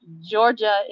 Georgia